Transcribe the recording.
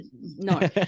no